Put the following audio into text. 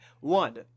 One